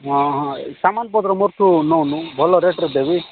ହଁ ହଁ ହଁ ସାମାନ୍ ପତ୍ର ମୋ ଠୁ ନଉନୁ ଭଲ ରେଟ୍ରେ ଦେବି